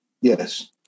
Yes